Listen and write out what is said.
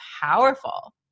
powerful